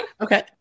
okay